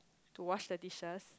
to wash the dishes